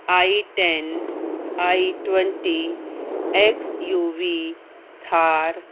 I ten I twenty X U V Thar